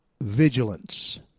Vigilance